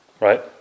right